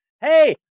Hey